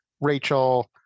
Rachel